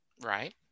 Right